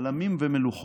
על עמים ומלוכות,